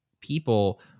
people